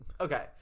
Okay